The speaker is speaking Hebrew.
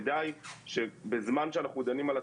אני רק אגיד שאצלנו בוועדה,